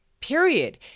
Period